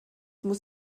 muss